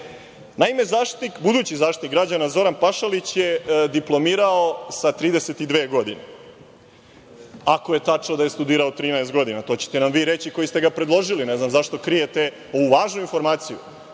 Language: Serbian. Naime, budući Zaštitnik građana Zoran Pašalić je diplomirao sa 32 godine, ako je tačno da je studirao 13 godina, a to ćete nam vi reći koji ste ga predložili. Ne znam zašto krijete ovu važnu informaciju.